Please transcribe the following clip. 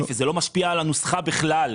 זה לא משפיע על הנוסחה בכלל.